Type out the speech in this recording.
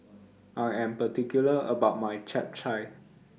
I Am particular about My Chap Chai